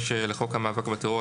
(2): "סעיף 25 לחוק המאבק בטרור,